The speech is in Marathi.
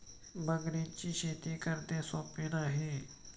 मगरींची शेती करणे सोपे नाही